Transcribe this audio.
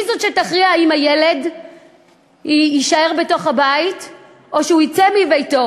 היא שתכריע אם הילד יישאר בבית או שהוא יצא מביתו.